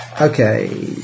Okay